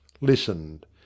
listened